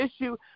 issue